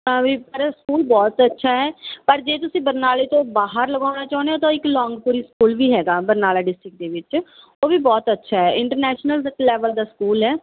ਤਾਂ ਵੀ ਪਰ ਸਕੂਲ ਬਹੁਤ ਅੱਛਾ ਹੈ ਪਰ ਜੇ ਤੁਸੀਂ ਬਰਨਾਲੇ ਤੋਂ ਬਾਹਰ ਲਗਾਉਣਾ ਚਾਹੁੰਦੇ ਹੋ ਤਾਂ ਇੱਕ ਲੋਂਗਪੂਰੀ ਸਕੂਲ ਵੀ ਹੈਗਾ ਬਰਨਾਲਾ ਡਿਸਟਰਿਕਟ ਦੇ ਵਿੱਚ ਉਹ ਵੀ ਬਹੁਤ ਅੱਛਾ ਹੈ ਇੰਟਰਨੈਸ਼ਨਲ ਤੱਕ ਲੈਵਲ ਦਾ ਸਕੂਲ ਹੈ